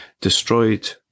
destroyed